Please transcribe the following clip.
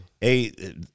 Hey